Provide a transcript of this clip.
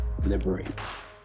Liberates